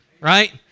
right